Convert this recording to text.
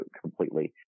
completely